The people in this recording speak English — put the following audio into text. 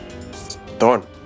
Thorn